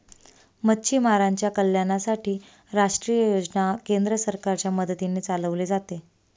मच्छीमारांच्या कल्याणासाठी राष्ट्रीय योजना केंद्र सरकारच्या मदतीने चालवले जाते